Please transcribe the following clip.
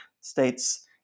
states